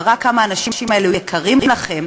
מראות כמה האנשים האלה יקרים לכם